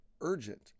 urgent